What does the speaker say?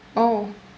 oh